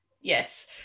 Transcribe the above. yes